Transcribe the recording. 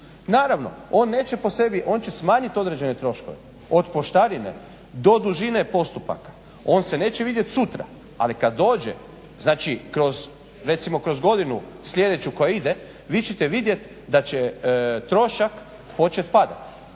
po sebi, on će smanjit određene troškove od poštarine do dužine postupaka. On se neće vidjet sutra, ali kad dođe, znači kroz godinu sljedeću koja ide vi ćete vidjet da će trošak počet padat.